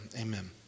amen